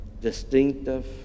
distinctive